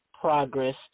progress